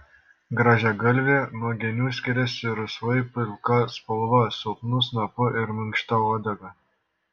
grąžiagalvė nuo genių skiriasi rusvai pilka spalva silpnu snapu ir minkšta uodega